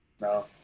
No